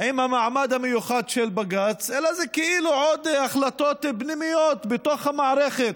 עם המעמד המיוחד של בג"ץ אלא זה כאילו עוד החלטות פנימיות בתוך המערכת.